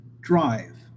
drive